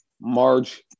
March